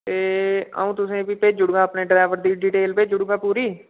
ते अऊं तुसेंगी फ्ही भेजी ओड़गा अपने ड्राइवर दी डिटेल भेजी ओड़गा पूरी